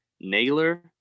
Naylor